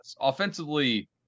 Offensively